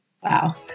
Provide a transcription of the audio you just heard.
Wow